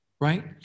right